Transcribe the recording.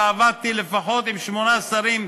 ועבדתי לפחות עם שמונה שרים,